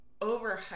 overhyped